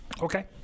Okay